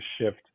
shift